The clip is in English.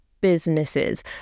businesses